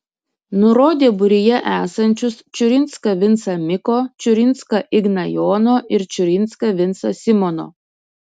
nurodė būryje esančius čiurinską vincą miko čiurinską igną jono ir čiurinską vincą simono